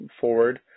forward